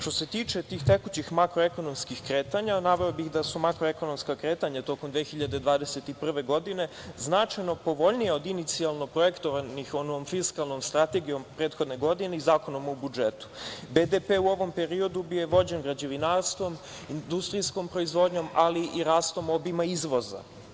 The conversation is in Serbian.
Što se tiče tih tekućih makroekonomskih kretanja, naveo bih da su makroekonomska kretanja tokom 2021. godine značajno povoljnija do inicijalno projektovanih onom fiskalnom strategijom prethodne godine i Zakonom o budžetu, BDP u ovom periodu je bio vođen građevinarstvom, industrijskom proizvodnjom, ali i rastom obima izvoza.